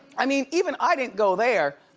i mean even i didn't go there.